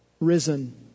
risen